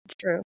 True